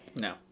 No